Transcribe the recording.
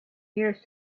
nearest